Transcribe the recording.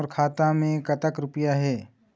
मोर खाता मैं कतक रुपया हे?